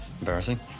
Embarrassing